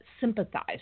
sympathize